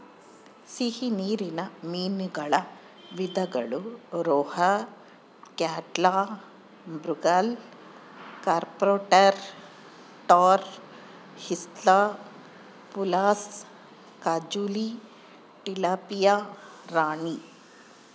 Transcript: ಸಿಹಿ ನೀರಿನ ಮೀನುಗಳ ವಿಧಗಳು ರೋಹು, ಕ್ಯಾಟ್ಲಾ, ಮೃಗಾಲ್, ಕಾರ್ಪ್ ಟಾರ್, ಟಾರ್ ಹಿಲ್ಸಾ, ಪುಲಸ, ಕಾಜುಲಿ, ಟಿಲಾಪಿಯಾ ರಾಣಿ